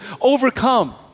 overcome